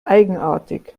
eigenartig